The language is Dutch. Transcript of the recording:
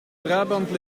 brabant